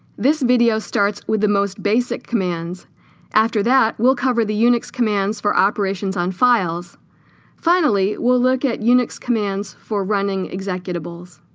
this video starts with the most basic commands after that we'll cover the unix commands for operations on files finally we'll look at unix commands for running executables